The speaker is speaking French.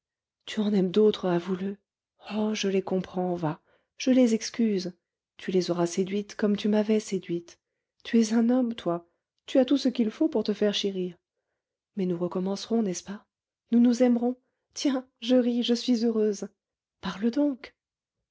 tu en aimes d'autres avoue le oh je les comprends va je les excuse tu les auras séduites comme tu m'avais séduite tu es un homme toi tu as tout ce qu'il faut pour te faire chérir mais nous recommencerons n'est-ce pas nous nous aimerons tiens je ris je suis heureuse parle donc